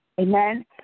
Amen